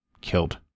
killed